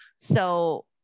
So-